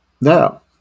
now